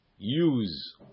Use